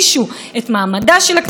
חודשיים וחצי לא היינו פה.